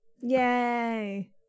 Yay